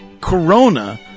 corona